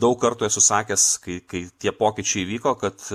daug kartų esu sakęs kai kai tie pokyčiai įvyko kad